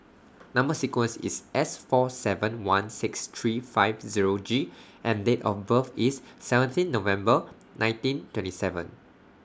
Number sequence IS S four seven one six three five Zero G and Date of birth IS seventeen November nineteen twenty seven